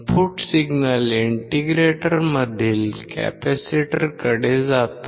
input signal इंटिग्रेटरमधील कॅपेसिटरकडे जातो